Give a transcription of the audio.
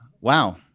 wow